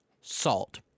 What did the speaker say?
salt